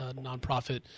nonprofit